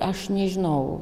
aš nežinau